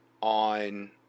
on